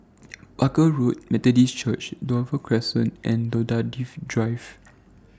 Barker Road Methodist Church Dover Crescent and Daffodil Drive